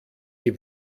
die